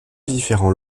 différends